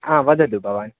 वदतु भवान्